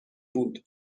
بود